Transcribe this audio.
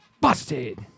Busted